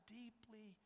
deeply